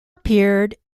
appeared